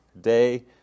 day